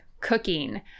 cooking